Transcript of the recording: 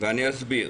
ואני אסביר.